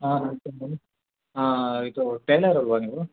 ಹಾಂ ಹಾಂ ಇದು ಟೈಲರ್ ಅಲ್ವಾ ನೀವು